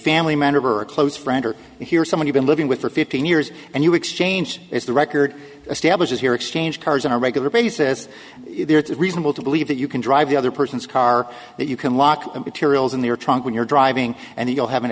family member or a close friend or hear someone you've been living with for fifteen years and you exchange is the record establishes your exchange cars on a regular basis it's reasonable to believe that you can drive the other person's car that you can walk and materials in the trunk when you're driving and you'll have an